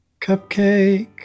cupcake